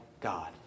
God